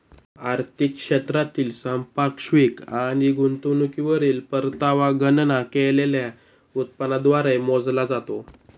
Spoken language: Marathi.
आर्थिक क्षेत्रातील संपार्श्विक आणि गुंतवणुकीवरील परतावा गणना केलेल्या उत्पन्नाद्वारे मोजला जातो